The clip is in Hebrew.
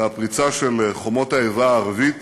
והפריצה של חומות האיבה הערבית